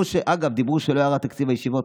אגב, אמרו שלא ירד תקציב הישיבות.